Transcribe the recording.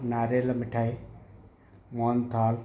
नारियल मिठाई मोहन थाल